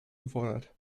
gefordert